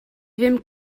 ddim